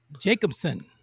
Jacobson